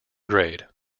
grade